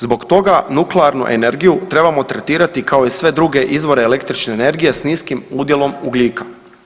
Zbog toga nuklearnu energiju trebamo tretirati kao i sve druge izvore električne energije s niskim udjelom ugljika.